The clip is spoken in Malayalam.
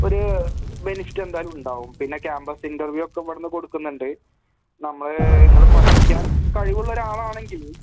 ഒര് ബെനിഫിറ്റ് എന്തായാലും ഉണ്ടാവും പിന്നെ ക്യാംപസ് ഇൻ്റർവ്യു ഒക്കെ ഇവിടുന്ന് കൊടുക്കുന്നുണ്ട് നമ്മള് നിങ്ങൾ പഠിക്കാൻ കഴിവുള്ള ഒരാളാണെങ്കില്